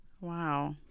Wow